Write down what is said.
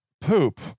poop